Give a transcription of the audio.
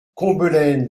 combelaine